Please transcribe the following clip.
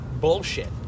bullshit